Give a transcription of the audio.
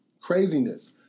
craziness